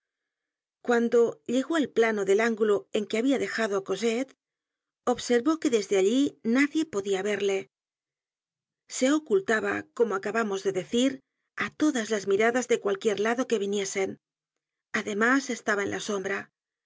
cuando llegó al plano del ángulo en que habia dejado á cosette observó que desde allí nadie podia verle se ocultaba como acabamos de decir á todas las miradas de cualquier lado que viniesen además estaba en la sombra